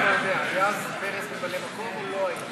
פרס היה אז ממלא מקום או לא היה?